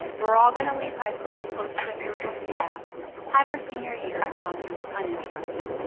we're all gonna leave high school closer than we were going to have had our senior year gone through uninterrupted.